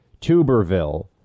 Tuberville